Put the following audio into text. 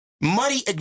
Money